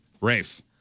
Rafe